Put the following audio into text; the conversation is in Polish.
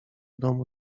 domu